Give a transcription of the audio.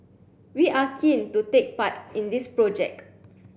we are keen to take part in this project